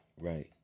right